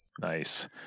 Nice